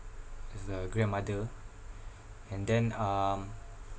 as a grandmother and then um